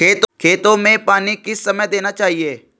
खेतों में पानी किस समय देना चाहिए?